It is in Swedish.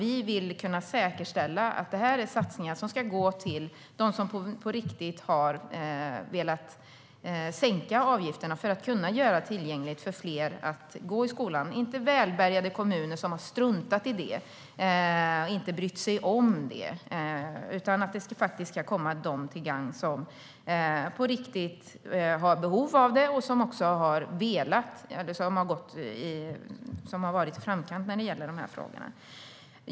Vi vill kunna säkerställa att det är satsningar som ska gå till dem som på riktigt har velat sänka avgifterna för att kunna göra tillgängligt för fler att gå i skolan och inte till välbärgade kommuner som har struntat i det och inte brytt sig som det. Det ska komma dem till gagn som på riktigt har behov av det och som har varit i framkant i de här frågorna.